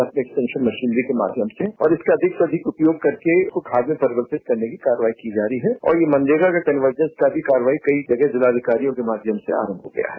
आपके interaction machinery के माध्यम से और इसका अधिक से अधिक उपयोग करके खाद में परिवर्तित करने की कार्रवाई की जा रही है और यह मनरेगा में करवर्जन का भी कार्रवाई कई जग जिलाधिकारियों के माध्यम से आरंभ हो गया है